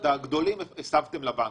את הגדולים הסבתם לבנקים.